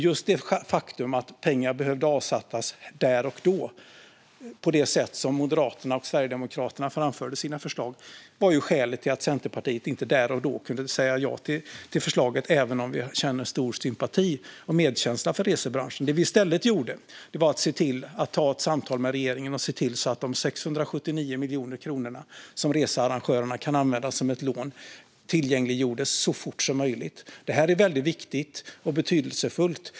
Just det faktum att pengar behövde avsättas där och då på det sätt som Moderaterna och Sverigedemokraterna framförde i sina förslag var skälet till att Centerpartiet inte där och då kunde säga ja till förslaget, även om vi känner stor sympati och medkänsla för resebranschen. Det vi i stället gjorde var att se till att ta ett samtal med regeringen och se till att 679 miljoner kronor som researrangörerna kan använda som ett lån tillgängliggjordes så fort som möjligt. Det är väldigt viktigt och betydelsefullt.